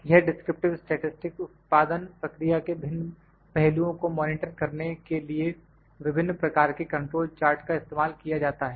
यह descriptive statistics उत्पादन प्रक्रिया के भिन्न पहलुओं को मॉनिटर करने के लिए विभिन्न प्रकार के कंट्रोल चार्ट का इस्तेमाल किया जाता है